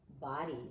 body